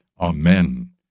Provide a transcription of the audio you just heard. Amen